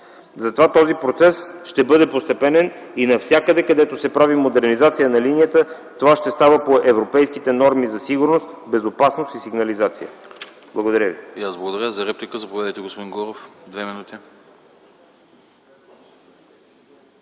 Затова този процес ще бъде постепенен и навсякъде, където се прави модернизация на линията това ще става по европейските норми за сигурност, безопасност и сигнализация. Благодаря ви.